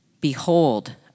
Behold